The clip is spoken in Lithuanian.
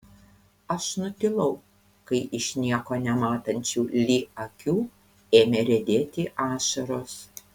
aš nutilau kai iš nieko nematančių li akių ėmė riedėti ašaros